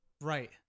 Right